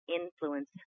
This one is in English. influence